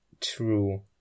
true